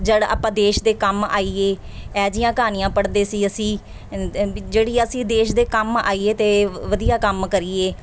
ਜਿਹੜਾ ਆਪਾਂ ਦੇਸ਼ ਦੇ ਕੰਮ ਆਈਏ ਇਹੋ ਜਿਹੀਆਂ ਕਹਾਣੀਆਂ ਪੜ੍ਹਦੇ ਸੀ ਅਸੀਂ ਵੀ ਜਿਹੜੀ ਅਸੀਂ ਦੇਸ਼ ਦੇ ਕੰਮ ਆਈਏ ਅਤੇ ਵ ਵਧੀਆ ਕੰਮ ਕਰੀਏ